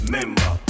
Member